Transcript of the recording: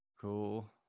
Cool